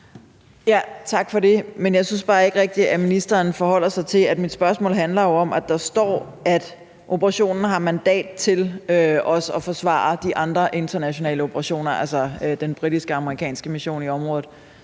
Tak for det. Men jeg synes bare ikke rigtig, at ministeren forholder sig til, at mit spørgsmål jo handler om, at der står, at operationen også har mandat til at forsvare de andre internationale operationer, altså den britiske og amerikanske mission i området.